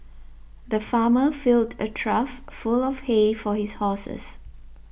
the farmer filled a trough full of he for his horses